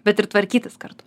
bet ir tvarkytis kartu